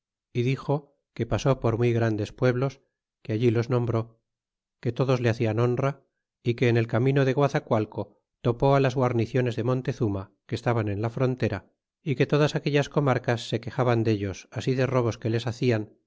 y dixo que pasó por muy grandes pueblos que allí los nombró que todos le hacine honra é que en el camino de guazacualco topó á las guarniciones de montezuma que estaban en frontera é que todas aquellas comarcas se quejaban delos así de robos que les hacian